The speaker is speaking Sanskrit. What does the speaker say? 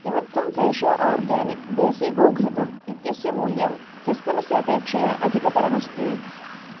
किमर्थं फ़्रेशो आर्गानिक् देसी गोघृतम् इत्यस्य मूल्यं ह्यस्तनस्य अपेक्षया अधिकतरमस्ति